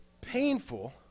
painful